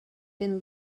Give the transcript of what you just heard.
been